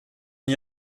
n’y